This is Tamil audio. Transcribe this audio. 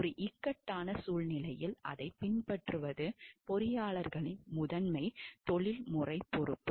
ஒரு இக்கட்டான சூழ்நிலையில் அதைப் பின்பற்றுவது பொறியாளரின் முதன்மை தொழில்முறை பொறுப்பு